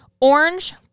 orange